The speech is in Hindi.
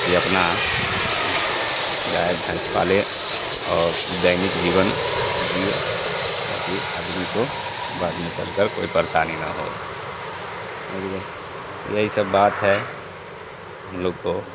कि अपना गाय भैंस पाले और दैनिक जीवन जिए ताकी आदमी को बाद में चलकर कोई परेशानी ना हो समझ गए यही सब बात है हम लोग को